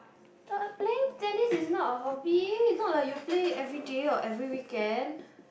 but playing tennis is not a hobby it's not like you play every day or every weekend